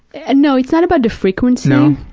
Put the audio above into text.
and no. it's not about the frequency. no?